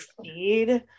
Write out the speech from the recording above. feed